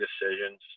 decisions